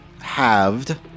halved